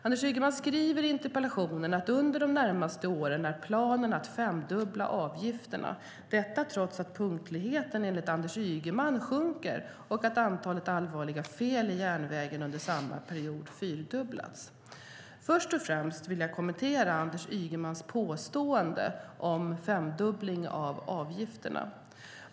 Anders Ygeman skriver i interpellationen att under de närmaste åren är planen att femdubbla avgifterna, detta trots att punktligheten enligt Anders Ygeman sjunker och att antalet allvarliga fel i järnvägen under samma period fyrdubblats. Först och främst vill jag kommentera Anders Ygemans påstående om femdubbling av avgifterna.